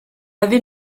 avait